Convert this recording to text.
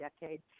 decade